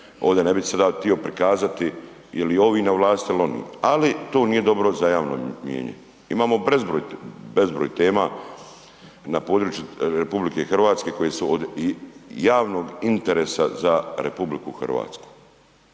ovdi ne bi sada tio prikazati je li ovi na vlasti il oni, ali to nije dobro za javno mijenje. Imamo bezbroj tema na poručuju RH koje su od javnog interesa za RH.